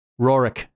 Rorik